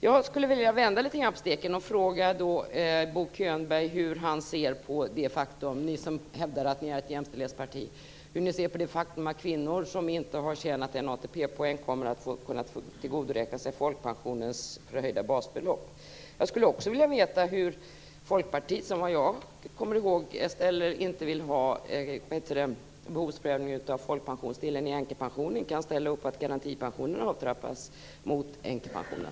Jag skulle vilja vända litet på steken och fråga Bo Könberg hur ni som hävdar att ni är ett jämställdhetsparti ser på det faktum att kvinnor som inte har tjänat en ATP-poäng kommer att få tillgodoräkna sig folkpensionens förhöjda basbelopp. Jag skulle också vilja veta hur Folkpartiet som, såvitt jag kommer ihåg, inte vill ha behovsprövning av folkpensionsdelen i änkepensionen, kan ställa upp på att garantipensionen avtrappas mot änkepensionen.